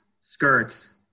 skirts